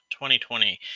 2020